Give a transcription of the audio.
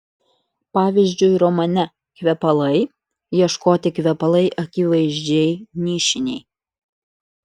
pavyzdžiui romane kvepalai ieškoti kvepalai akivaizdžiai nišiniai